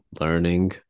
learning